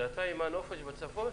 זה אתה מהנופש בצפון?